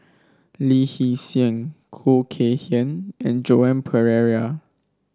Lee Hee Seng Khoo Kay Hian and Joan Pereira